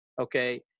okay